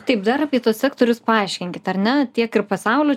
taip dar apie tuos sektorius paaiškinkit ar ne tiek ir pasaulio